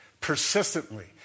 Persistently